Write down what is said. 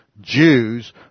Jews